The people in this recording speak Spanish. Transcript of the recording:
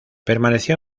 permaneció